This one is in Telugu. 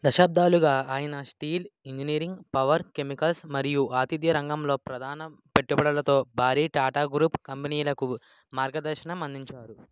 దశాబ్దాలుగా ఆయన స్టీల్ ఇంజనీరింగ్ పవర్ కెమికల్స్ మరియు ఆతిధ్య రంగంలో ప్రధాన పెట్టుబడులతో భారీ టాటా గ్రూప్ కంపెనీలకు మార్గదర్శనం అందించారు